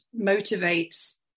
motivates